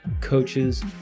coaches